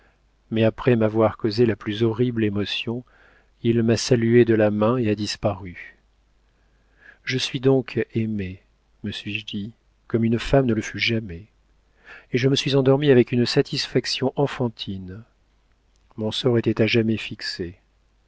mais après m'avoir causé la plus horrible émotion il m'a saluée de la main et a disparu je suis donc aimée me suis-je dit comme une femme ne le fut jamais et je me suis endormie avec une satisfaction enfantine mon sort était à jamais fixé